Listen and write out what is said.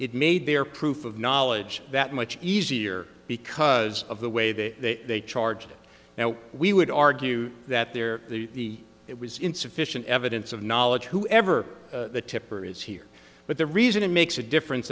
it made their proof of knowledge that much easier because of the way that they charged it now we would argue that they're the it was insufficient evidence of knowledge who ever the tipper is here but the reason it makes a difference